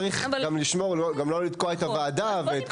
צריך גם לא לתקוע את הוועדה.